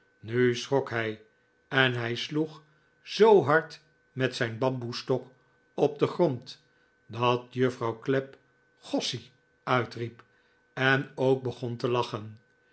nu schrok hij en hij sloeg zoo hard met zijn bamboesstok op den grond dat juffrouw clapp gossie uitriep en ook begon te lachen